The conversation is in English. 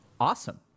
Awesome